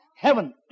heaven